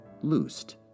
loosed